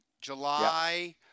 July